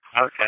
Okay